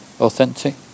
Authentic